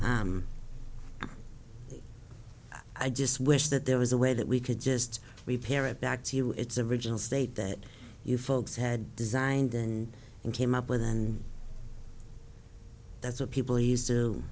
i just wish that there was a way that we could just repair it back to its original state that you folks had designed and came up with and that's what people used to